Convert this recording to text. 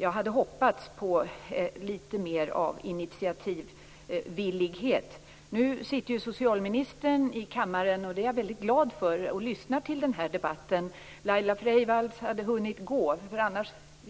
Jag hade hoppats på lite mer vilja till initiativ. Nu sitter socialministern i kammaren och lyssnar till debatten. Det är jag glad för. Laila Freivalds hann gå.